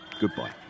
goodbye